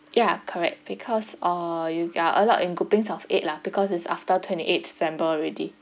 ya correct because uh you g~ are allowed in groupings of eight lah because it's after twenty eighth december already